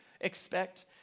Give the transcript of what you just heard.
expect